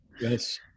yes